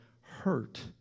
hurt